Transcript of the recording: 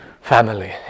family